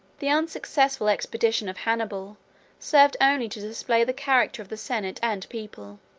the unsuccessful expedition of hannibal served only to display the character of the senate and people